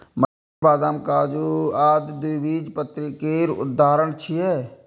मटर, बदाम, काजू आदि द्विबीजपत्री केर उदाहरण छियै